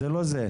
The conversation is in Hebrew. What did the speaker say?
זה לא זה.